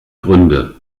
gründe